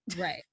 Right